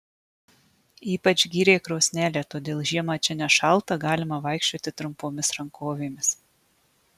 ypač gyrė krosnelę todėl žiemą čia nešalta galima vaikščioti trumpomis rankovėmis